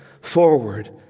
forward